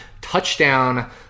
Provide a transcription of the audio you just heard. touchdown